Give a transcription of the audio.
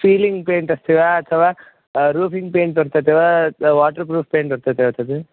ceiling paint अस्ति वा अथवा रूफिङ्ग् पेन्ट् वर्तते वाटर् प्रूफ़् पेन्ट् वर्तते वा तद्